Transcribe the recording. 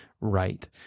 right